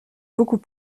beaucoup